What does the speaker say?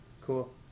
Cool